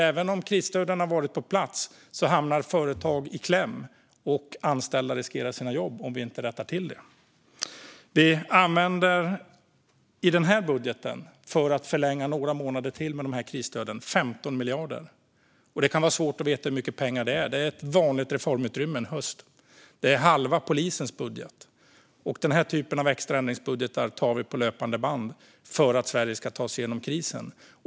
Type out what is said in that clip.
Även om krisstöden har varit på plats hamnar företag i kläm, och anställda riskerar att förlora sina jobb om vi inte rättar till det. Vi använder i den här budgeten 15 miljarder till att förlänga krisstöden några månader till. Det kan vara svårt att förstå hur mycket pengar det är. Det är ett vanligt reformutrymme för en höst. Det är halva polisens budget. Den typen av extra ändringsbudgetar tar vi nu beslut om på löpande band, för att Sverige ska ta sig igenom krisen.